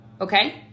Okay